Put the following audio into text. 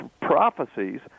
prophecies